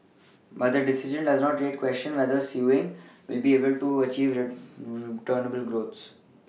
but the decision does raise the question whether Sewing will be able to achieve growth